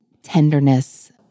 tenderness